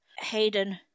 Hayden